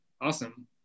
awesome